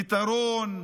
פתרון.